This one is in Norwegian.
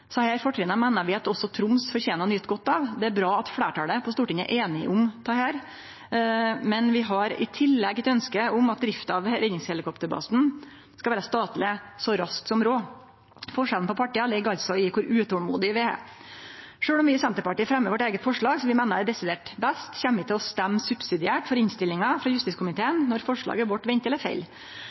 fortrinna meiner vi at også Troms fortener å nyte godt av. Det er bra at fleirtalet på Stortinget er einige om dette her, men vi har i tillegg eit ønske om at drifta av redningshelikopterbasen skal vera statleg så raskt som råd. Forskjellen på partia ligg altså i kor utolmodige vi er. Sjølv om vi i Senterpartiet fremjar vårt eige forslag, som vi meiner er desidert best, kjem vi til å stemme subsidiært for innstillinga frå justiskomiteen når forslaget vårt venteleg